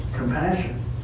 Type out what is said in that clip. compassion